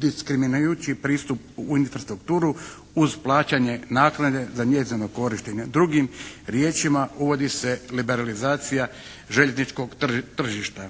dediskriminirajući pristup u infrastrukturu uz plaćanje naknade za njezino korištenje. Drugim riječima, uvodi se liberalizacija željezničkog tržišta.